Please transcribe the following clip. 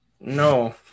No